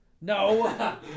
No